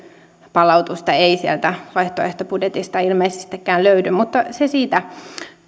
palautusta ei sieltä vaihtoehtobudjetista ilmeisestikään löydy mutta se siitä